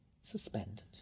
suspended